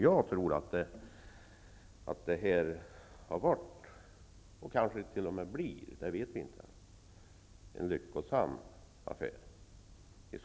Jag tror att det har varit -- och kanske t.o.m. blir, det vet vi inte än -- en lyckosam affär.